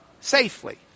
safely